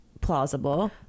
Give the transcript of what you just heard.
plausible